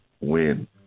win